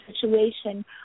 situation